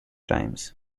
times